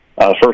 First